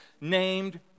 named